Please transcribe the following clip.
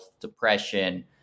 depression